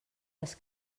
les